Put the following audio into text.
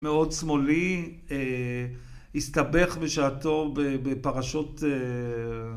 מאוד שמאלי, הסתבך בשעתו בפרשות אה..